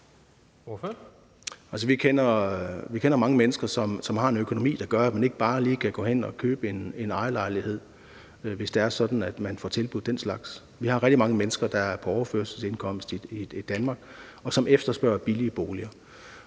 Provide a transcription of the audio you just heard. Vi kender mange mennesker, som har en økonomi, der gør, at man ikke bare lige kan gå hen og købe en ejerlejlighed, hvis det er sådan, at man får tilbudt den slags. Vi har rigtig mange mennesker, der er på overførselsindkomst i Danmark, og som efterspørger billige boliger.